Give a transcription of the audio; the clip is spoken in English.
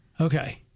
Okay